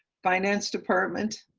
finance department,